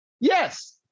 Yes